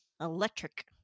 electric